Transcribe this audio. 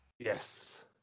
Yes